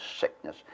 sickness